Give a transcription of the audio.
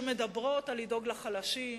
שמדברות על לדאוג לחלשים,